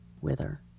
wither